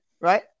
right